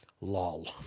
lol